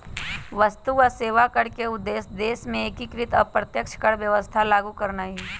वस्तु आऽ सेवा कर के उद्देश्य देश में एकीकृत अप्रत्यक्ष कर व्यवस्था लागू करनाइ हइ